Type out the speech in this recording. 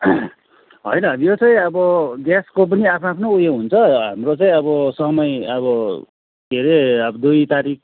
होइन यो चाहिँ अब ग्यासको पनि आफ्नो आफ्नो उयो हुन्छ हाम्रो चाहिँ अब समय अब के अरे अब दुई तारिक